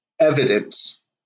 evidence